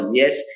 yes